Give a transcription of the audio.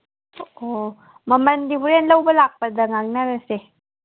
ꯑꯣ ꯃꯃꯟꯗꯤ ꯍꯣꯔꯦꯟ ꯂꯧꯕ ꯂꯥꯛꯄꯗ ꯉꯥꯡꯅꯔꯁꯦ